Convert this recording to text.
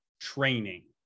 training